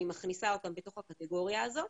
אני מכניסה אותן בתוך הקטגוריה הזאת,